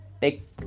take